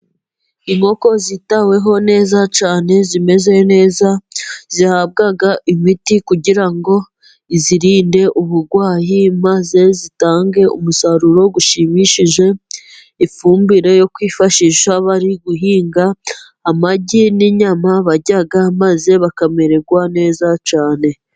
Inkoko zitaweho neza cyane zimeze neza, zihabwa imiti kugira ngo izirinde uburwayi, maze zitange umusaruro ushimishije, ifumbire yo kwifashisha bari guhinga, amagi n'inyama barya, maze bakamererwa neza cyane.